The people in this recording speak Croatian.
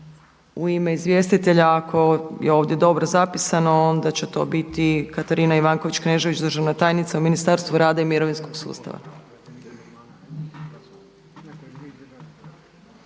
U ime izvjestitelja ako je ovdje dobro zapisano, onda će to biti Katarina Ivanković Knežević, državna tajnica u Ministarstvu rada i mirovinskog sustava.